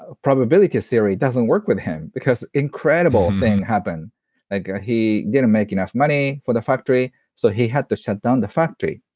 ah probability theory doesn't work with him, because incredible thing happen like ah he didn't make enough money for the factory so he had to shut down the factory,